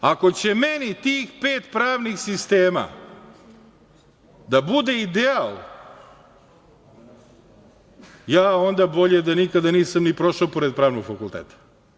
Ako će meni tih pet pravnih sistema da bude ideal, onda bolje da nikada nisam ni prošao pored pravnog fakulteta.